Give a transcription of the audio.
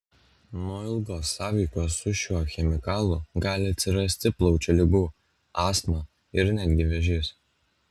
nuo ilgos sąveikos su šiuo chemikalu gali atsirasti plaučių ligų astma ir netgi vėžys